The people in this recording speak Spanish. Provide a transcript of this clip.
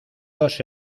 dos